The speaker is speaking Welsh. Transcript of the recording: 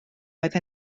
oedd